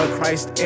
Christ